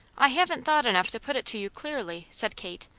i haven't thought enough to put it to you clearly, said kate,